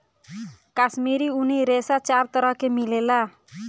काश्मीरी ऊनी रेशा चार तरह के मिलेला